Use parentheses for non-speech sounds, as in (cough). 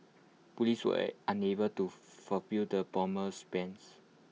Police were (unintelligible) unable to (unintelligible) the bomber's bans